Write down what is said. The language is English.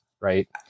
Right